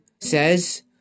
Says